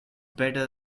better